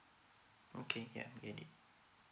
okay ya get it